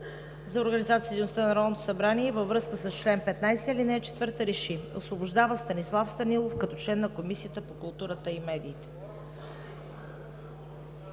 и във връзка с чл. 15, ал. 4 РЕШИ: Освобождава Станислав Станилов като член на Комисията по културата и медиите.“